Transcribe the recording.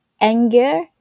anger